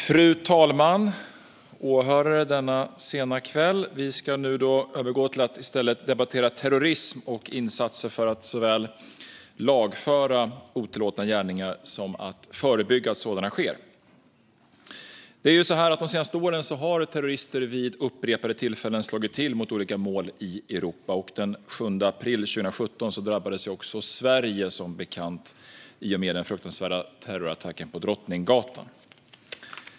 Fru talman och åhörare denna sena kväll! Vi ska nu övergå till att debattera terrorism och insatser för att såväl lagföra otillåtna gärningar som att förebygga att sådana sker. De senaste åren har terrorister vid upprepade tillfällen slagit till mot olika mål i Europa. Den 7 april 2017 drabbades också Sverige, som bekant, i och med den fruktansvärda terrorattacken på Drottninggatan.